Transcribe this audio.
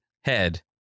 head